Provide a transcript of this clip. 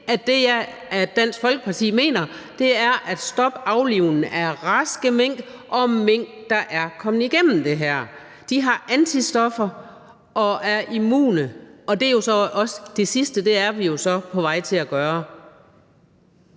at vi skal stoppe for aflivning af raske mink og af mink, der er kommet igennem det her, som har antistoffer i sig og er immune. Det sidste er vi jo så på vej til at gøre.